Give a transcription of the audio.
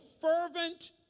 fervent